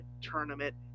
Tournament